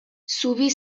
zubi